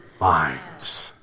minds